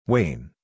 Wayne